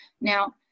Now